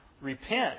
repent